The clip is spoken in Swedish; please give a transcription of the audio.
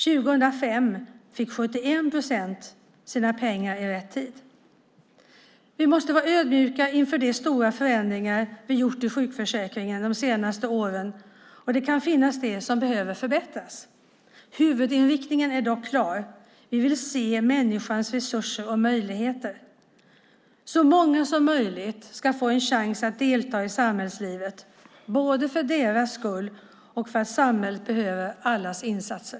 År 2005 fick 71 procent sina pengar i rätt tid. Vi måste vara ödmjuka inför de stora förändringar vi har gjort i sjukförsäkringen de senaste åren, och det kan finnas det som behöver förbättras. Huvudinriktningen är dock klar. Vi vill se till människans resurser och möjligheter. Så många som möjligt ska få en chans att delta i samhällslivet, både för deras egen skull och för att samhället behöver allas insatser.